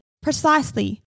precisely